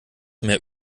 mehr